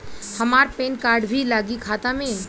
हमार PAN card भी लगी खाता में?